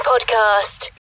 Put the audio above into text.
Podcast